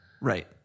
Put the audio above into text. right